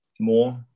more